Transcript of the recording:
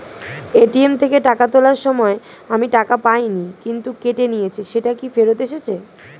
ATM থেকে টাকা তোলার সময় আমি টাকা পাইনি কিন্তু কেটে নিয়েছে সেটা কি ফেরত এসেছে?